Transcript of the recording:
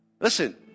Listen